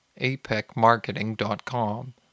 APECmarketing.com